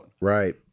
Right